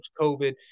COVID